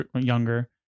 younger